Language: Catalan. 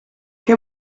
què